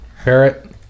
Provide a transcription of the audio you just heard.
Parrot